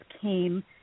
came